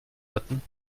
hatten